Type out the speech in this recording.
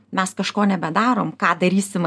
mes kažko nebedarom ką darysim